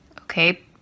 okay